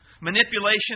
Manipulation